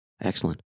Excellent